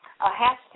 hashtag